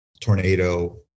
tornado